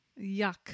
yuck